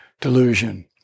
delusion